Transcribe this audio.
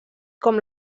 com